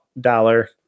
dollar